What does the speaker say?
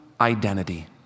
Identity